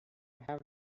have